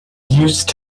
used